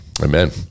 Amen